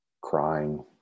crying